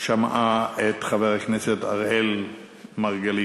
שמעה את חבר הכנסת אראל מרגלית.